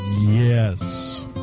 Yes